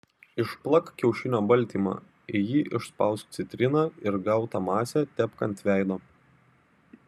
išplak kiaušinio baltymą į jį išspausk citriną ir gautą masę tepk ant veido